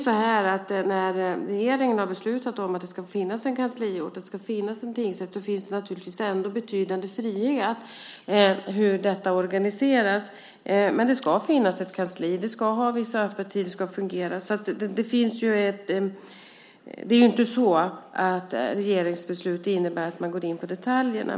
När regeringen har beslutat om att det ska finnas en kansliort, att det ska finnas en tingsrätt, så finns det naturligtvis ändå betydande frihet när det gäller hur detta organiseras. Men det ska finnas ett kansli som ska ha vissa öppettider och fungera. Det är inte så att regeringsbeslut innebär att man går in på detaljerna.